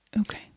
Okay